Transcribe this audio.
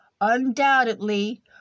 undoubtedly